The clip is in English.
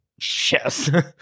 Yes